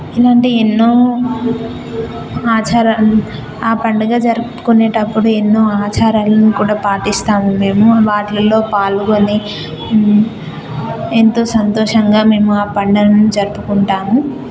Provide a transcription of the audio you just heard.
ఇలాంటి ఎన్నో ఆచారాలు ఆ పండగ జరుపుకునేటప్పుడు ఎన్నో ఆచారాలను కూడా పాటిస్తాము మేము వాటిల్లో పాల్గొని ఎంతో సంతోషంగా మేము ఆ పండుగని జరుపుకుంటాము